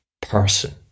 person